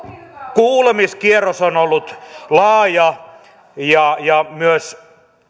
kuulemiskierros on ollut laaja ja ja myös